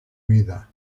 vida